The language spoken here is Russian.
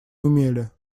умели